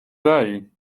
day